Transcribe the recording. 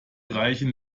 reichen